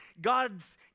God's